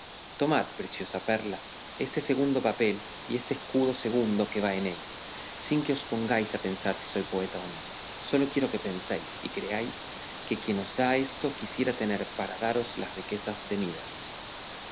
tomad preciosa perla este segundo papel y este escudo segundo que va en él sin que os pongáis a pensar si soy poeta o no sólo quiero que penséis y creáis que quien os da esto quisiera tener para daros las riquezas de midas